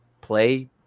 play –